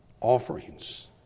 offerings